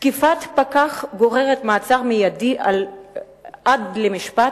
תקיפת פקח גוררת מעצר מיידי עד למשפט,